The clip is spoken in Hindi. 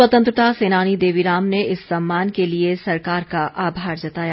स्वतंत्रता सेनानी देवी राम ने इस सम्मान के लिए सरकार का आभार जताया